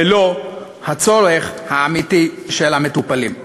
ולא הצורך האמיתי של המטופלים.